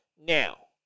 Now